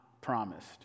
promised